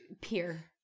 peer